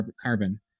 carbon